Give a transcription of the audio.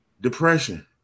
Depression